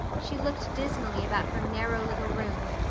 she looked dismally about her narrow little room,